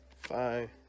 five